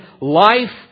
life